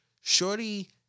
shorty